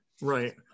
right